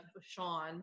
sean